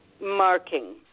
marking